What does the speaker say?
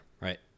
Right